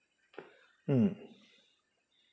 mm